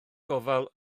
gofal